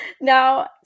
Now